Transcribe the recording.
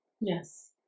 yes